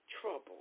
trouble